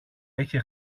είχε